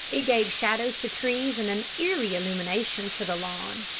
it gave shadows to trees and an eerie illumination to the lawn.